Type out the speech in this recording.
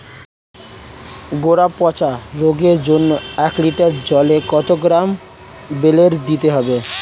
গোড়া পচা রোগের জন্য এক লিটার জলে কত গ্রাম বেল্লের দিতে হবে?